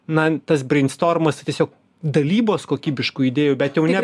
na tas breinstormas tai tiesiog dalybos kokybiškų idėjų bet jau ne